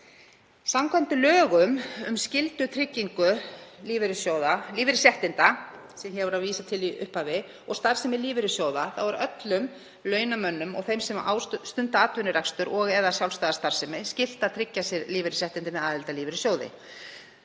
telja. Samkvæmt lögum um skyldutryggingu lífeyrisréttinda, sem ég var að vísa til í upphafi, og starfsemi lífeyrissjóða er öllum launamönnum og þeim sem stunda atvinnurekstur og/eða sjálfstæða starfsemi skylt að tryggja sér lífeyrisréttindi með aðild að lífeyrissjóði.